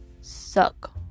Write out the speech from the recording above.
suck